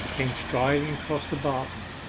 came striding across the barton.